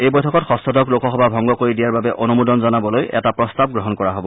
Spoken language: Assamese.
এই বৈঠকত ষষ্ঠদশ লোকসভা ভংগ কৰি দিয়াৰ বাবে অনুমোদন জনাবলৈ এটা প্ৰস্তাৱ গ্ৰহণ কৰা হ'ব